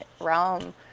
realm